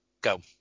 Go